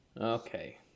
okay